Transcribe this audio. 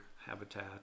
habitat